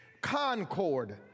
concord